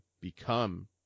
become